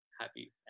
happy